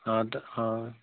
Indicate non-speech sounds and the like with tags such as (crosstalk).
(unintelligible) অঁ